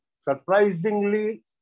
surprisingly